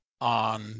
on